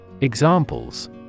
Examples